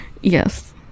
Yes